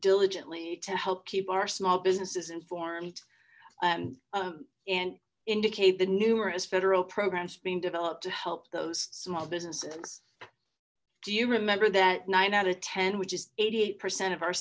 diligently to help keep our small businesses formed and indicate the numerous federal programs being developed to help those small businesses do you remember that nine out of ten which is eighty eight percent of our